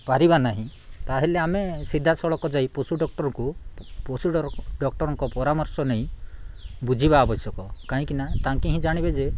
ପାରିବା ନାହିଁ ତା'ହେଲେ ଆମେ ସିଧାସଳଖ ଯାଇ ପଶୁ ଡକ୍ଟରକୁ ପଶୁ ଡକ୍ଟରଙ୍କ ପରାମର୍ଶ ନେଇ ବୁଝିବା ଆବଶ୍ୟକ କାହିଁକିନା ତାଙ୍କେ ହିଁ ଜାଣିବେ ଯେ